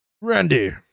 randy